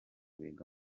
biga